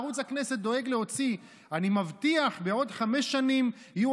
ערוץ הכנסת דואג להוציא: "אני מבטיח שבעוד חמש שנים יהיו